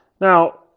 Now